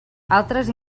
altres